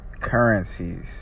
currencies